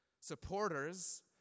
supporters